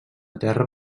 terra